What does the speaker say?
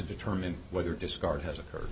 determine whether discard has occurred